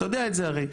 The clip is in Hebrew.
אתה יודע את זה הרי.